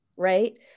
Right